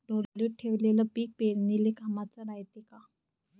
ढोलीत ठेवलेलं पीक पेरनीले कामाचं रायते का?